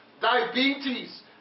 diabetes